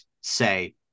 say